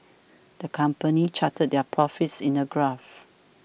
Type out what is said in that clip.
the company charted their profits in a graph